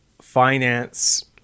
finance